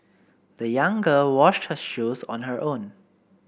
the young girl washed her shoes on her own